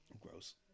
Gross